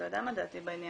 אתה יודע מה דעתי בעניין,